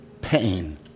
pain